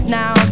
now